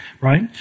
right